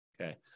Okay